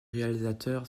réalisateur